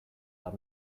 bat